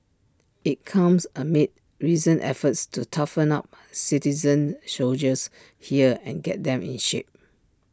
IT comes amid recent efforts to toughen up citizen soldiers here and get them in shape